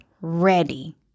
ready